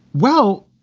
well,